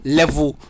level